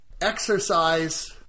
exercise